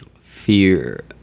Fear